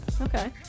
okay